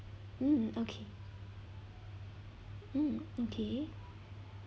mm okay mm okay